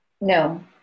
No